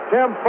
Tim